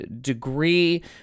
degree